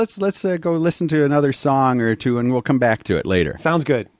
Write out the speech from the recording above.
let's let's go listen to another song or two and we'll come back to it later sounds good